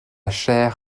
chair